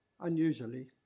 Unusually